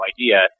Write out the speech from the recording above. idea